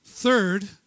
Third